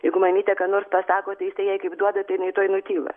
jeigu mamytė ką nors pasako tai jisai jai kaip duoda tai jinai tuoj nutyla